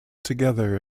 together